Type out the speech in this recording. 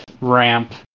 ramp